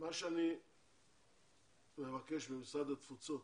מה שאני מבקש ממשרד התפוצות,